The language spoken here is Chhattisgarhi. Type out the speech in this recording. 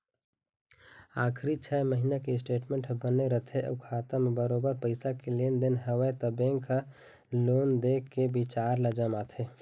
आखरी छै महिना के स्टेटमेंट ह बने रथे अउ खाता म बरोबर पइसा के लेन देन हवय त बेंक ह लोन दे के बिचार ल जमाथे